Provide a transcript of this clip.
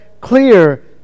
clear